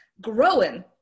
growing